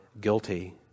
guilty